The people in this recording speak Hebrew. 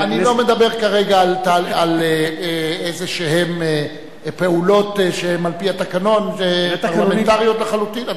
אני לא מדבר כרגע על איזה פעולות שהן על-פי התקנון וולונטריות לחלוטין.